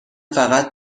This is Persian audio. فقط